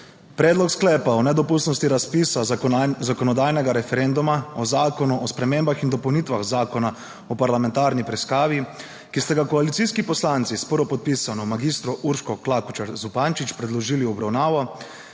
Predlog sklepa o nedopustnosti razpisa zakonodajnega referenduma o Zakonu o spremembah in dopolnitvah Zakona o parlamentarni preiskavi, ki ste ga koalicijski poslanci s prvopodpisano mag. Urško Klakočar Zupančič predložili v obravnavo,